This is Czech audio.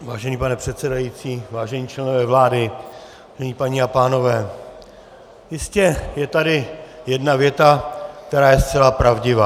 Vážený pane předsedající, vážení členové vlády, paní a pánové, Jistě je tady jedna věta, která je zcela pravdivá.